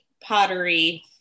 Pottery